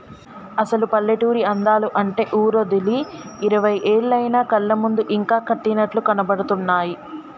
అసలు పల్లెటూరి అందాలు అంటే ఊరోదిలి ఇరవై ఏళ్లయినా కళ్ళ ముందు ఇంకా కట్టినట్లు కనబడుతున్నాయి